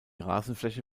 rasenfläche